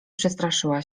przestraszyła